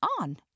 on